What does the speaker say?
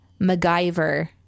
MacGyver